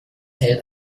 hält